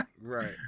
Right